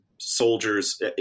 soldiers